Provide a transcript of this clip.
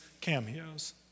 cameos